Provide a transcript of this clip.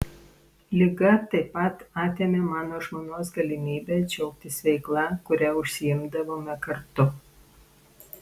liga taip pat atėmė mano žmonos galimybę džiaugtis veikla kuria užsiimdavome kartu